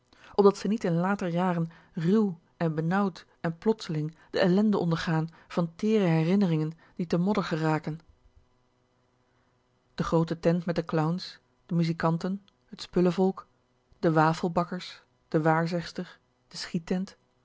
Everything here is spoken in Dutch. opdat ze niet in later jaren ruw en benauwd en plotsling de ellende ondergaan van teere herinneringen die te modder geraken de groote tent met de clowns de muzikanten t spullevolk de wafelbakkers de waarzegster de